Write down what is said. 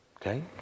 okay